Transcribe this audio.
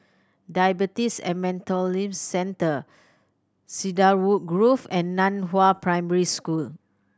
Diabetes and Metabolism Centre Cedarwood Grove and Nan Hua Primary School